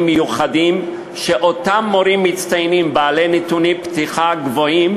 מיוחדים שאותם מורים מצטיינים בעלי נתוני פתיחה גבוהים